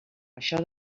això